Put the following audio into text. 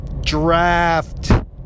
draft